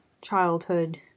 childhood